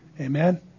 Amen